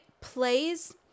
plays